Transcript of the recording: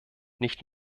nicht